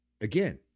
again